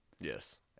Yes